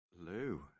Lou